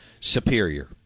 Superior